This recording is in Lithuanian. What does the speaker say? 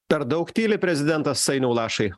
per daug tyli prezidentas ainiau lašai